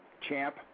Champ